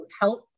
help